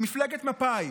מפלגת מפא"י.